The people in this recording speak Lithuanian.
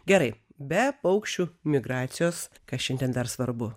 gerai be paukščių migracijos kas šiandien dar svarbu